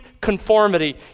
conformity